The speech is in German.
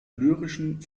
lyrischen